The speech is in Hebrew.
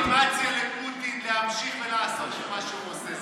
אתם רק נתתם לגיטימציה לפוטין להמשיך ולעשות את מה שהוא עושה,